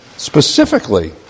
Specifically